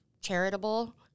charitable